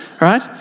right